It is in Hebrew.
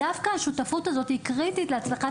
דווקא השותפות הזאת היא קריטית להצלחת